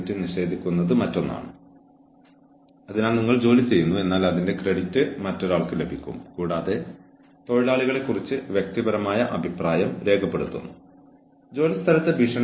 കൂടാതെ നിങ്ങൾ ഒരു ജോലിക്കാരനെ അയാൾക്ക് ശരിയായ അവസരം നൽകാതെ പിരിച്ചുവിടുകയാണെങ്കിൽ നിയമപരമായ കേസുകൾക്ക് നിങ്ങൾ ബാധ്യസ്ഥനാകാം